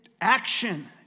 action